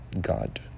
God